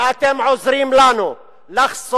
אני חייב להודות שאתם עוזרים לנו לחשוף